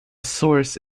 source